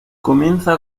comienza